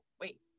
wait